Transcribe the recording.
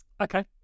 Okay